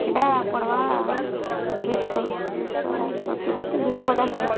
ହେଟା ପଡ଼୍ବା ଦୁଇ ଶହ ଦୁଇ ଶହ ସତୁରୀ କି ଦୁଇ ଶହ ପଚାଶ୍ ଦେବେ